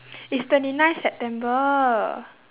it's twenty nine september